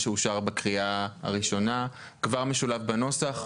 שאושר בקריאה הראשונה כבר משולב בנוסח.